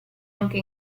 anche